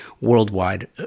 worldwide